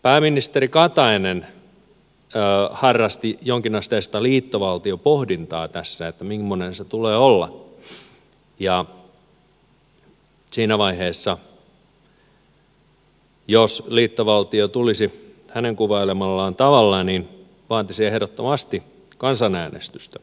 pääministeri katainen harrasti jonkinasteista liittovaltiopohdintaa tässä mimmoinen sen tulee olla ja siinä vaiheessa jos liittovaltio tulisi hänen kuvailemallaan tavalla hän vaatisi ehdottomasti kansanäänestystä